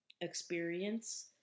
experience